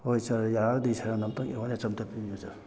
ꯍꯣꯏ ꯁꯥꯔ ꯌꯥꯔꯒꯗꯤ ꯁꯥꯔꯅ ꯑꯝꯇꯪ ꯑꯦꯋꯥꯔꯅꯦꯁ ꯑꯝꯇ ꯄꯤꯕꯤꯌꯨ ꯁꯥꯔ